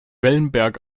wellenberg